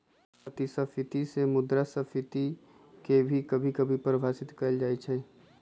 अतिस्फीती से मुद्रास्फीती के भी कभी कभी परिभाषित कइल जा सकई छ